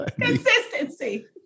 Consistency